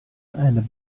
and